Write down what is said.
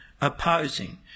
opposing